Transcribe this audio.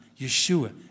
Yeshua